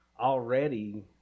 already